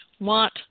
want